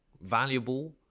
valuable